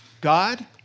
God